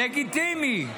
לגיטימי.